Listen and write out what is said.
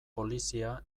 polizia